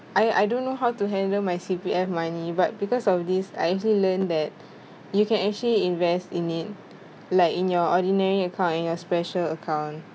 I I don't know how to handle my C_P_F money but because of this I actually learned that you can actually invest in it like in your ordinary account and your special account